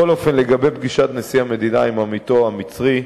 לגבי פגישת נשיא המדינה עם עמיתו המצרי,